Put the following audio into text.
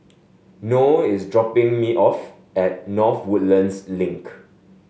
Noe is dropping me off at North Woodlands Link